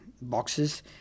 boxes